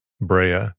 Brea